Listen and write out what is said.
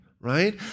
right